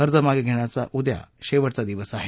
अर्ज मागे घेण्याचा उद्या शेवटचा दिवस आहे